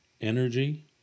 energy